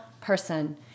person